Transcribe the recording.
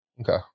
Okay